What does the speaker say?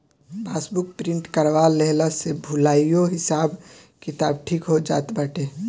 passbook print करवा लेहला से भूलाइलो हिसाब किताब ठीक हो जात बाटे